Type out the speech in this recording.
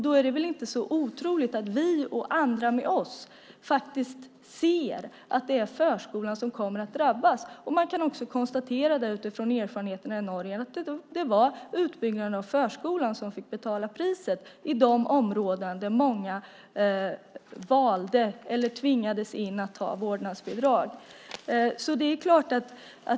Då är det väl inte så otroligt att vi och andra med oss ser att det är förskolan som kommer att drabbas. Man kan också konstatera det utifrån erfarenheterna i Norge. Det var utbyggnaden av förskolan som fick betala priset i de områden där många valde eller tvingades att ta vårdnadsbidrag.